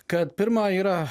kad pirma yra